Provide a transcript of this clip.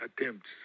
attempts